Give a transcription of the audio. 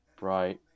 right